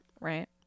right